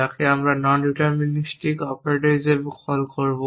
যাকে আমরা nondeterministic operator হিসাবে কল করব